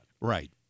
Right